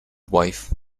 wife